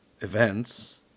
events